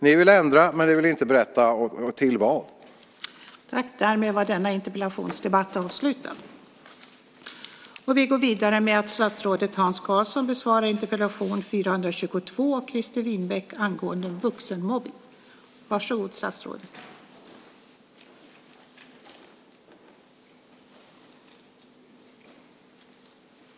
Ni vill ändra, men ni vill inte berätta till vad.